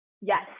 Yes